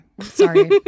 Sorry